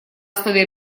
основе